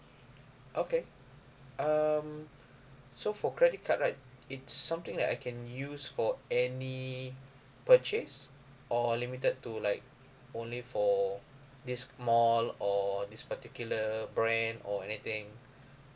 okay um so for credit card right it's something that I can use for any purchase or limited to like only for this mall or this particular brand or anything